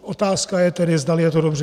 Otázka tedy je, zdali je to dobře.